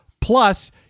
Plus